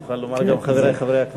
תוכל לומר גם: חברי חברי הכנסת.